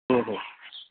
हो हो